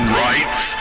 rights